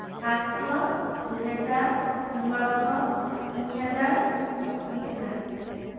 পাঁচশ দুহেজাৰ পোন্ধৰশ তিনি হাজাৰ বিছ হাজাৰ